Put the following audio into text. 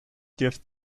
gift